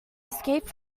escaped